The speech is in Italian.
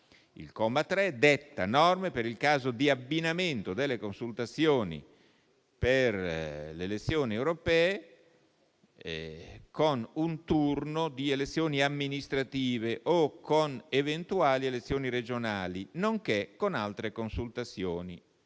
Il comma 3 detta norme per il caso di abbinamento delle consultazioni per le elezioni europee con un turno di elezioni amministrative o con eventuali elezioni regionali, nonché con altre consultazioni elettorali